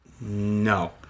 No